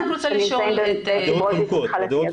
שנמצאים במצב פיברוזיס התחלתי,